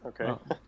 okay